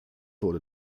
wurde